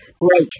Great